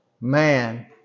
man